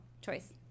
choice